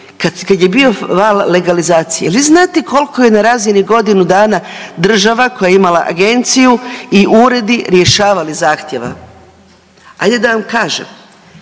kad je bio val legalizacije jel vi znate koliko je na razini godinu dana država koja je imala agenciju i uredi rješavali zahtjeva? Ajde da vam kažem,